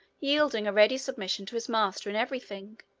yielding a ready submission to his master in every thing.